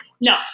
No